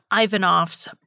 Ivanov's